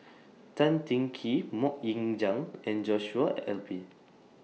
Tan Teng Kee Mok Ying Jang and Joshua Ip